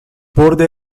بورد